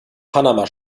panama